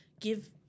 give